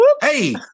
hey